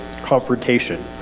confrontation